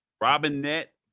Robinette